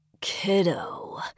Kiddo